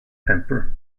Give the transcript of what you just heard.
temper